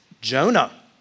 Jonah